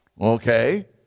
Okay